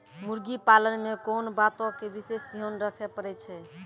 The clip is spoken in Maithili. मुर्गी पालन मे कोंन बातो के विशेष ध्यान रखे पड़ै छै?